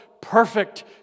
perfect